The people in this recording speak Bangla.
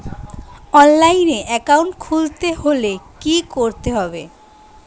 অনলাইনে একাউন্ট খুলতে হলে কি করতে হবে?